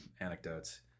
anecdotes